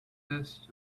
zest